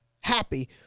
happy